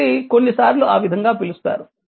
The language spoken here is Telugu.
కాబట్టి కొన్నిసార్లు ఆ విధంగా పిలుస్తారు